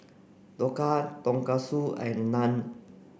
Dhokla Tonkatsu and Naan